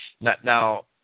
Now